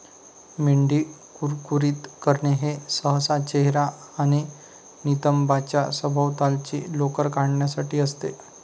मेंढी कुरकुरीत करणे हे सहसा चेहरा आणि नितंबांच्या सभोवतालची लोकर काढण्यासाठी असते